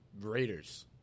Raiders